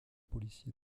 policiers